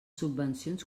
subvencions